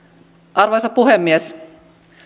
arvoisa puhemies